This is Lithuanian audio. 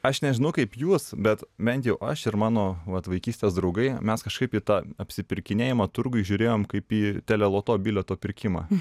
aš nežinau kaip jūs bet bent jau aš ir mano vat vaikystės draugai mes kažkaip į tą apsipirkinėjimą turguj žiūrėjom kaip į teleloto bilieto pirkimą